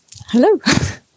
Hello